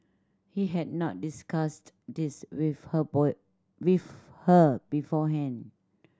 he had not discussed this with her boy with her beforehand